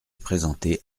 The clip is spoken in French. présenter